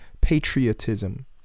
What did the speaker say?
patriotism